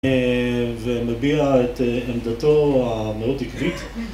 ומביע את עמדתו המאוד עקבית